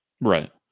right